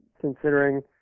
considering